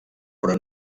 però